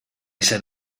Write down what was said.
set